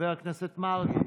חבר הכנסת מרגי,